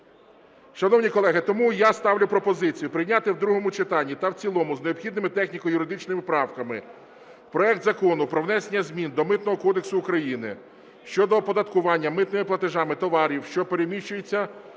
Шановні колеги, тому я ставлю пропозицію прийняти в другому читанні та в цілому з необхідними техніко-юридичними правками проект Закону про внесення змін до Митного кодексу України (щодо оподаткування митними платежами товарів, що переміщуються